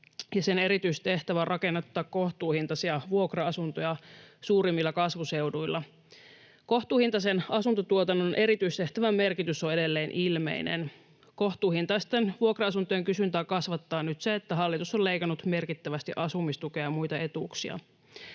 ja sen erityistehtävä on rakennuttaa kohtuuhintaisia vuokra-asuntoja suurimmilla kasvuseuduilla. Kohtuuhintaisen asuntotuotannon erityistehtävän merkitys on edelleen ilmeinen. Kohtuuhintaisten vuokra-asuntojen kysyntää kasvattaa nyt se, että hallitus on leikannut merkittävästi asumistukea ja muita etuuksia.